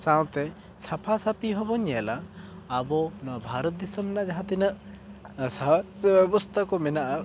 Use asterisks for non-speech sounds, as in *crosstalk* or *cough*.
ᱥᱟᱶᱛᱮ ᱥᱟᱯᱷᱟ ᱥᱟᱹᱯᱷᱤ ᱦᱚᱸ ᱵᱚᱱ ᱧᱮᱞᱟ ᱟᱵᱚ ᱱᱚᱣᱟ ᱵᱷᱟᱨᱚᱛ ᱫᱤᱥᱚᱢ ᱱᱟᱜ ᱡᱟᱦᱟᱸ ᱛᱤᱱᱟᱹᱜ ᱥᱟᱶᱟᱨ ᱵᱮᱵᱚᱥᱛᱟ *unintelligible* ᱠᱚ ᱢᱮᱱᱟᱜᱼᱟ